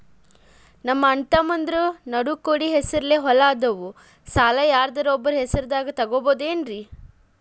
ನಮ್ಮಅಣ್ಣತಮ್ಮಂದ್ರ ನಡು ಕೂಡಿ ಹೆಸರಲೆ ಹೊಲಾ ಅದಾವು, ಸಾಲ ಯಾರ್ದರ ಒಬ್ಬರ ಹೆಸರದಾಗ ತಗೋಬೋದೇನ್ರಿ?